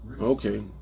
Okay